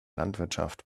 landwirtschaft